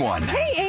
Hey